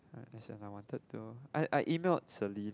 as in I wanted to I I emailed Celine